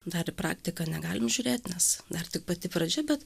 dar į praktiką negalim žiūrėt nes dar tik pati pradžia bet